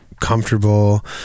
comfortable